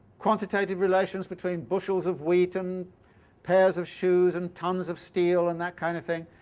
quantitative relations between bushels of wheat and pairs of shoes and tons of steel and that kind of thing.